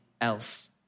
else